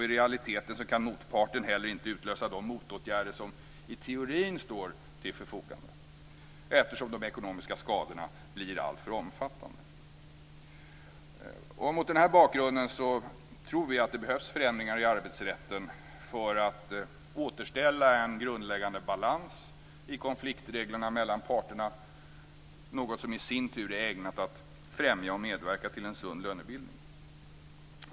I realiteten kan motparten inte heller utlösa de motåtgärder som i teorin står till förfogande, eftersom de ekonomiska skadorna blir alltför omfattande. Mot den här bakgrunden tror vi att det behövs förändringar i arbetsrätten för att återställa en grundläggande balans i konfliktreglerna mellan parterna, något som i sin tur är ägnat att främja och medverka till en sund lönebildning.